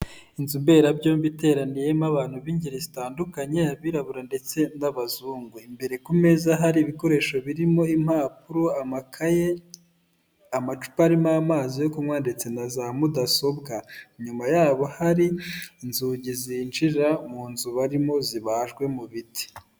Inzu mbera byombi iteraniyemo abantu b'ingeri zitandukanye abirabura ndetse n'abazungu, imbere ku meza hari ibikoresho birimo impapuro amakaye amacupa arimo amazi yo kunywa, ndetse na za mudasobwa, inyuma yabo hari inzugi zinjira mu nzu barimo zibajwe mu biti.